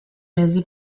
mese